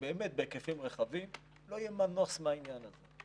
באמת בהיקפים רחבים לא יהיה מנוס מהעניין הזה.